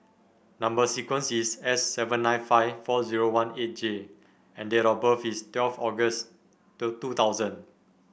number sequence is S seven nine five four zero one eight J and date of birth is twelve August the two thousand